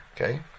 Okay